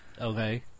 Okay